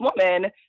woman